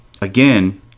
again